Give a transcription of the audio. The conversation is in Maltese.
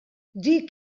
dik